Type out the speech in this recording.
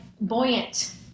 buoyant